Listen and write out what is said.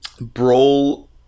Brawl